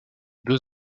deux